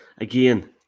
again